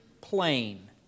plain